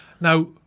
Now